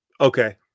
Okay